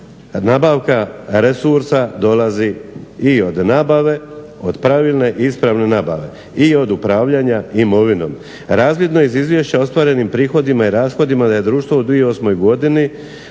nabavka resursa dolazi i od nabave, od pravilne i ispravne nabave i od upravljanja imovinom. Razvidno je iz izvješća ostvarenim prihodima i rashodima da je društvo u 2008. godini